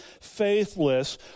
Faithless